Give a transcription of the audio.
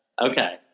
Okay